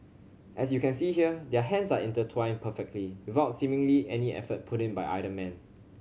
as you can see here their hands are intertwined perfectly without seemingly any effort put in by either man